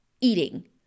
eating